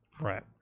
Right